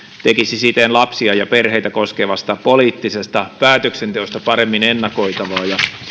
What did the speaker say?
tekisi siten lapsia ja perheitä koskevasta poliittisesta päätöksenteosta paremmin ennakoitavaa